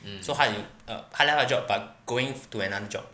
so 他有 err 他 left 他的 job but going to another job